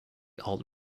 alt